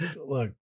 look